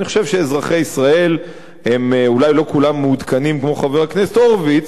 אני חושב שאזרחי ישראל אולי לא כולם מעודכנים כמו חבר הכנסת הורוביץ,